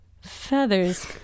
Feathers